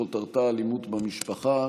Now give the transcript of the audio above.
שכותרתה: אלימות במשפחה,